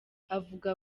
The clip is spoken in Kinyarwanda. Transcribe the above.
avuga